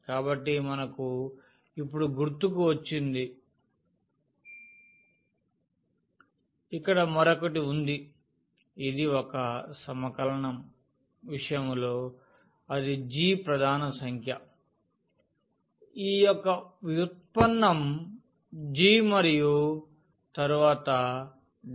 కాబట్టి మనకు ఇప్పుడు గుర్తుకు వచ్చింది ఇక్కడ మరొకటి ఉంది ఇది ఒక సమకలనం విషయంలో అది g ప్రధాన సంఖ్య ఈ యొక్క వ్యుత్పన్నం g మరియు తరువాత dt